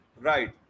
Right